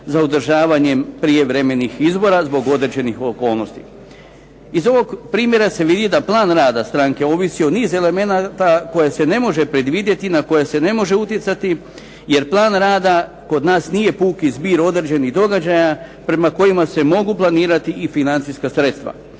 za održavanjem prijevremenih izbora zbog određenih okolnosti. Iz ovog primjera se vidi da plan rada stranke ovisi o niz elemenata koje se ne može predvidjeti i na koje se ne može utjecati jer plan rada kod nas nije puki zbir određenih događaja prema kojima se mogu planirati i financijska sredstva,